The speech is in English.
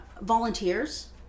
volunteers